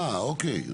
אה, אוקיי.